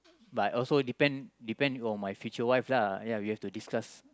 but also depend depend on my future wife lah ya we have to discuss